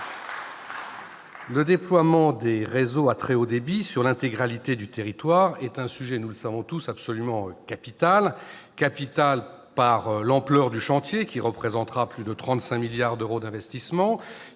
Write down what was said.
Le déploiement de réseaux à très haut débit sur l'intégralité du territoire est un sujet capital par l'ampleur du chantier, qui représentera plus de 35 milliards d'euros d'investissements,